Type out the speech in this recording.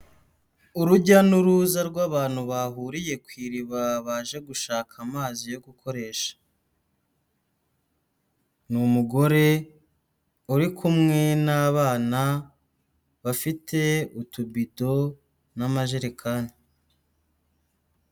Urujya n'uruza rw'abantu bahuriye ku iriba baje gushaka amazi yo gukoresha. Ni umugore uri kumwe n'abana bafite utubido n'amajerekani.